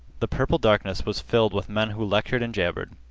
the purple darkness was filled with men who lectured and jabbered.